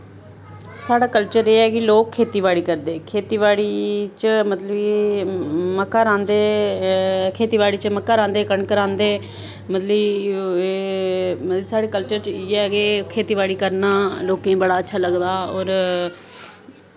साढ़ा कल्चर एह् ऐ कि लोग खेतीबाड़ी करदे खेतीबाड़ी च मतलब कि मक्कां रांह्दे खेतीबाड़ी च मक्कां रांह्दे कनक रांह्दे मतलब कि एह् मतलब साढ़े कल्चर च इयै कि खेतीबाड़ी करना लोकें गी बड़ा अच्छा लगदा होर